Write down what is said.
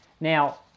Now